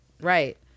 right